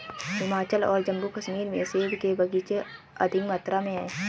हिमाचल और जम्मू कश्मीर में सेब के बगीचे अधिक मात्रा में है